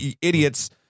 Idiots